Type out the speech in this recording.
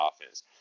offense